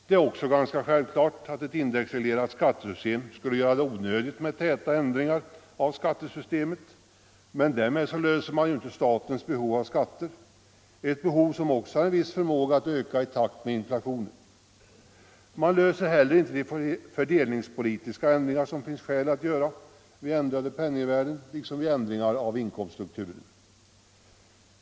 Det är också ganska självklart att en indexreglering skulle göra det onödigt med täta ändringar av skattesystemet, men därmed löser man ju inte problemet med statens behov av skatter, ett behov som också har en viss förmåga att öka i takt med inflationen. Man klarar heller inte de fördelningspolitiska korrigeringar som det finns skäl att göra vid ändringar av penningvärdet liksom vid ändringar av inkomststrukturen.